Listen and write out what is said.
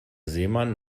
seemann